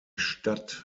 stadt